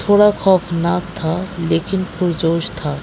تھوڑا خوفناک تھا لیکن پرجوش تھا